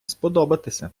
сподобатися